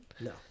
No